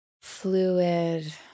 fluid